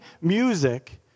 music